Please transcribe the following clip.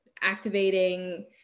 activating